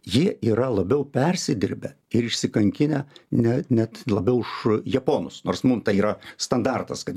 jie yra labiau persidirbe ir išsikankinę ne net labiau už japonus nors mum tai yra standartas kad